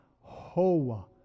hoa